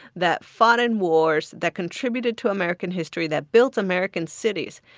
that fought in wars, that contributed to american history, that built american cities.